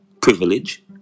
privilege